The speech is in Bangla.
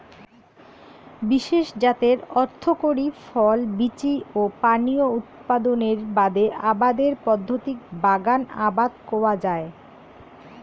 বিশেষ জাতের অর্থকরী ফল, বীচি ও পানীয় উৎপাদনের বাদে আবাদের পদ্ধতিক বাগান আবাদ কওয়া যায়